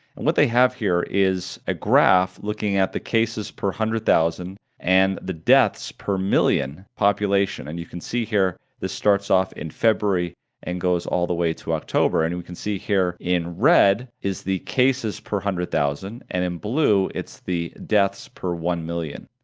and what they have here is a graph looking at the cases per one hundred thousand and the deaths per million population, and you can see here, this starts off in february and goes all the way to october, and we can see here in red is the cases per hundred thousand and in blue it's the deaths per one million,